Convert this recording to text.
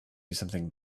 something